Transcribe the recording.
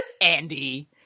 Andy